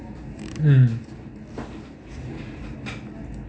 mm